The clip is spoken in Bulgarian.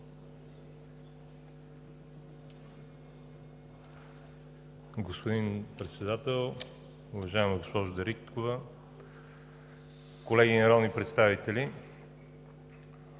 Господин Председател, уважаема госпожо Дариткова, колеги народни представители!